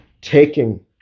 taking